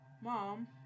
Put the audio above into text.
Mom